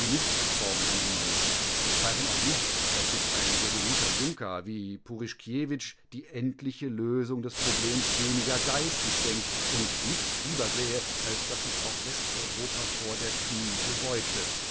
formen angenommen wir zweifeln auch nicht daß sich ein resoluter junker wie purischkiewitsch die endliche lösung des problems weniger geistig denkt und nichts lieber sähe als daß sich auch westeuropa vor der knute beugte